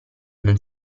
non